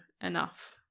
enough